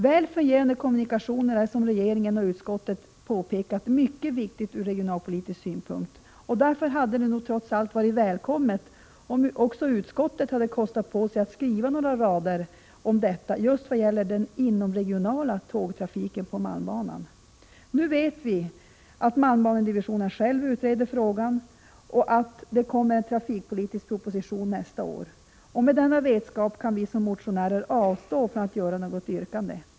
Väl fungerande kommunikationer är som regeringen och utskottet har påpekat mycket viktiga ur regionalpolitisk synpunkt. Därför hade det nog trots allt varit välkommet om också utskottet hade kostat på sig att skriva några rader om detta just vad gäller den inomregionala tågtrafiken på malmbanan. Nu vet vi att malmbanedivisionen själv utreder frågan och att det kommer en trafikpolitisk proposition nästa år. Med denna vetskap kan vi motionärer avstå från något yrkande.